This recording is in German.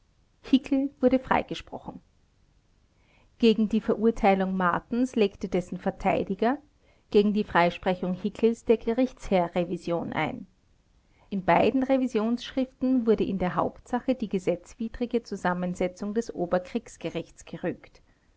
hickel wurde freigesprochen gegen die verurteilung martens legte dessen verteidiger gegen die freisprechung hickels der gerichtsherr revision ein in beiden revisionsschriften wurde in der hauptsache die gesetzwidrige zusammensetzung des oberkriegsgerichts gerügt